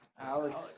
Alex